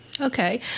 Okay